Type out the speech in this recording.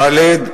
ד.